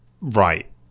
right